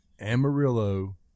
Amarillo